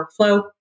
workflow